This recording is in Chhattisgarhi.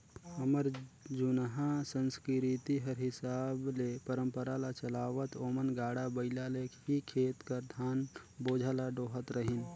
हमर जुनहा संसकिरती कर हिसाब ले परंपरा ल चलावत ओमन गाड़ा बइला ले ही खेत कर धान बोझा ल डोहत रहिन